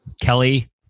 Kelly